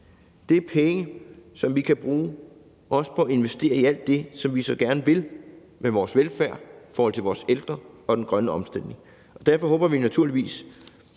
Det er penge, som vi kan bruge på at investere i alt det, som vi så gerne vil med vores velfærd, i forhold til vores ældre og den grønne omstilling. Derfor håber vi naturligvis,